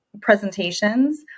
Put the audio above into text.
presentations